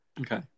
Okay